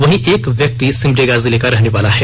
वहीं एक व्यक्ति सिमडेगा जिले का रहने वाला है